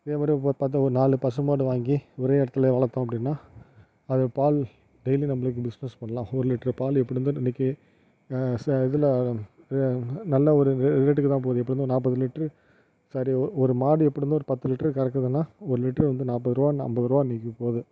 அதேமாதிரி இப்போ பார்த்தா ஒரு நாலு பசுமாடு வாங்கி ஒரே இடத்தில் வளர்த்தோம் அப்படின்னா அது பால் டெய்லி நம்மளுக்கு பிஸ்னெஸ் பண்ணலாம் ஒரு லிட்டரு பால் எப்படிருந்தாலும் இன்றைக்கி இதில் நல்ல ஒரு ரே ரேட்டுக்குதான் போகுது எப்படிருந்தாலும் நாற்பது லிட்டரு சரி ஒரு மாடு எப்படிருந்தும் ஒரு பத்து லிட்டரு கரக்கதுன்னால் ஒரு லிட்டரு வந்து நாற்பது ரூபா அம்பது ரூபா இன்றைக்கி போது